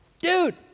Dude